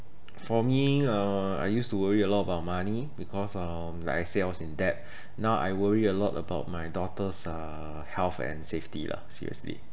for me uh I used to worry a lot about money because um like I say I was in debt now I worry a lot about my daughter's uh health and safety lah seriously